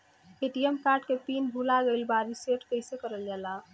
ATM card के PIN भूला गइल बा रीसेट कईसे करल जाला?